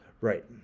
Right